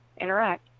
interact